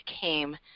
came